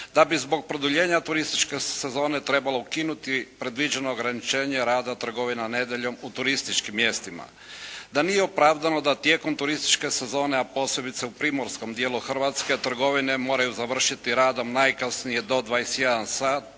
Da bi zbog produljenja turističke sezone trebalo ukinuti predviđeno ograničenje rada trgovina nedjeljom u turističkim mjestima, da nije opravdano da tijekom turističke sezone a posebice u primorskom dijelu Hrvatske trgovine moraju završiti radom najkasnije do 21 sat